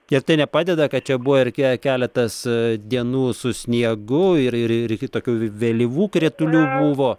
ir tai nepadeda kad čia buvo ir kie keletas dienų su sniegu ir ir ir kitokių vėlyvų kritulių buvo